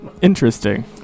interesting